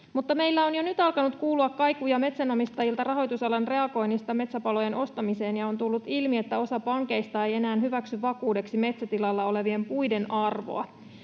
Meillä on jo nyt alkanut kuulua kaikuja metsänomistajilta rahoitusalan reagoinnista metsäpalojen ostamiseen ja on tullut ilmi, että osa pankeista ei enää hyväksy vakuudeksi metsätilalla olevien puiden arvoa.